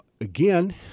again